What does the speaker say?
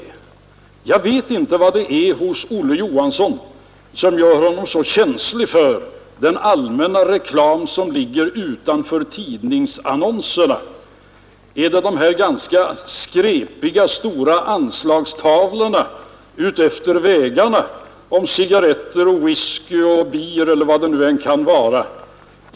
Jag vet inte vad det är hos Olle Johansson som gör honom så känslig för den allmänna reklam som ligger utanför tidningsannonserna. Är det de här ganska skräpiga stora anslagstavlorna utefter vägarna om cigarretter och whisky och öl och vad det nu kan vara?